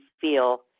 feel